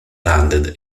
landed